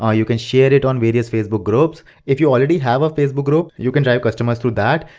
ah you can share it on various facebook groups. if you already have a facebook group, you can drive customers through that.